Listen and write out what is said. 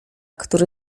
który